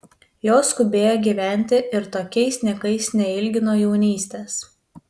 jos skubėjo gyventi ir tokiais niekais neilgino jaunystės